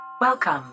Welcome